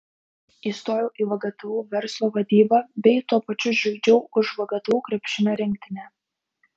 įstojau į vgtu verslo vadybą bei tuo pačiu žaidžiau už vgtu krepšinio rinktinę